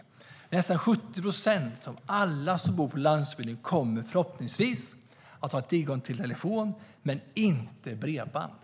Där kommer nästan 70 procent av alla som bor på landsbygden att förhoppningsvis ha tillgång till telefon men inte till bredband.